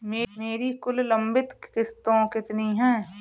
मेरी कुल लंबित किश्तों कितनी हैं?